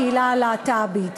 הקהילה הלהט"בית.